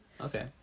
Okay